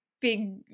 big